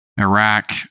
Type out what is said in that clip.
iraq